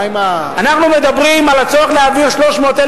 אנחנו מדברים על הצורך להעביר 300,000